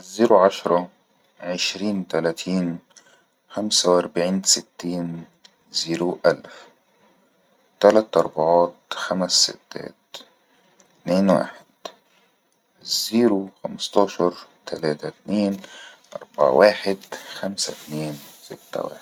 زيرو عشرة عشرين تلاتين خمسة واربعين ستين زيرو الف تلات اربعات خمس ستات اتنين واحد زيرو خمستاشر تلاته اتنين اربعه واحد خمسه اتنين سته واحد